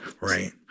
right